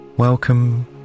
Welcome